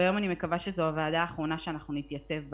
והיום אני מקווה שזאת הוועדה האחרונה שאנחנו נתייצב בה,